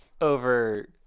Over